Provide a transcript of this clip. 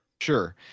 Sure